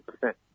percent